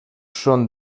són